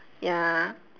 ya